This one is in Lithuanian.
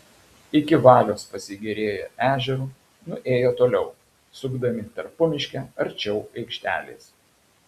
iki valios pasigėrėję ežeru nuėjo toliau sukdami tarpumiške arčiau aikštelės